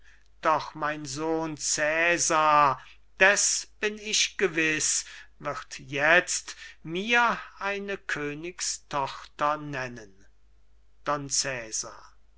doch mein sohn cesar deß bin ich gewiß wird jetzt mir eine königstochter nennen